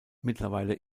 mittlerweile